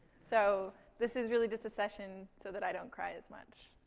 so this is really just a session so that i don't cry as much.